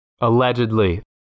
Allegedly